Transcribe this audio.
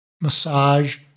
massage